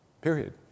period